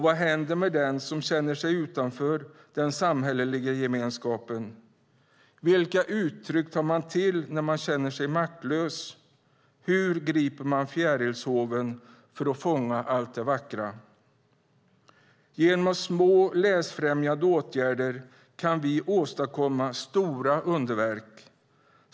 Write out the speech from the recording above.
Vad händer med den som känner sig utanför den samhälleliga gemenskapen? Vilka uttryck tar man till när man känner sig maktlös? Hur griper man fjärilshåven för att fånga allt det vackra? Genom små, läsfrämjande åtgärder kan vi åstadkomma stora underverk.